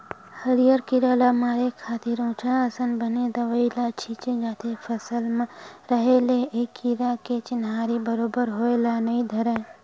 हरियर कीरा ल मारे खातिर उचहाँ असन बने दवई ल छींचे जाथे फसल म रहें ले ए कीरा के चिन्हारी बरोबर होय ल नइ धरय